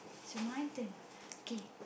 it's my turn kay